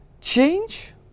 change